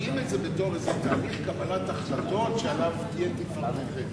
שמציגים את זה בתור איזה תהליך קבלת החלטות שעליו תהיה תפארתכם.